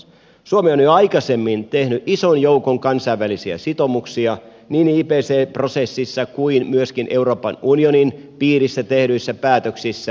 suomi on jo aikaisemmin tehnyt ison joukon kansainvälisiä sitoumuksia niin ipcc prosessissa kuin myöskin euroopan unionin piirissä tehdyissä päätöksissä